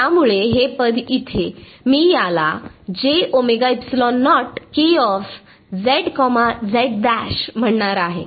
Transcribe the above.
त्यामुळे हे पद इथे मी याला म्हणणार आहे